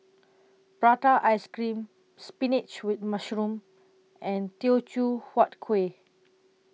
Prata Ice Cream Spinach with Mushroom and Teochew Huat Kueh